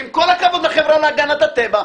עם כל הכבוד לחברה להגנת הטבע,